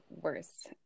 worse